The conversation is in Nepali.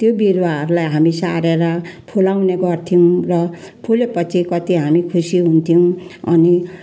त्यो बिरुवाहरूलाई हामी सारेर फुलाउने गर्थ्यौँ र फुलेपछि कति हामी खुसी हुन्थ्यौँ अनि